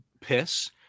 piss